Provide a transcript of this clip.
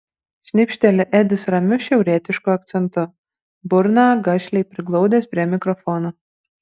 šnipšteli edis ramiu šiaurietišku akcentu burną gašliai priglaudęs prie mikrofono